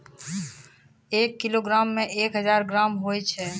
एक किलोग्रामो मे एक हजार ग्राम होय छै